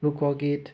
লোক গীত